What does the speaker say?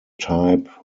type